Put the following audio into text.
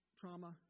trauma